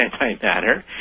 antimatter